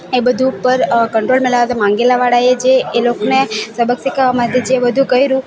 એ બધું પર કંટ્રોલ નહીં લાવતા માંગેલા વાળાએ જે એ લોકોને સબક શીખવવા માટે જે બધું કર્યું